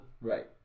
Right